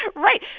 right?